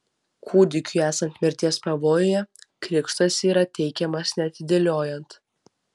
kūdikiui esant mirties pavojuje krikštas yra teikiamas neatidėliojant